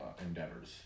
endeavors